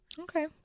Okay